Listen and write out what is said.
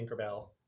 Tinkerbell